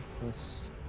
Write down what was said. plus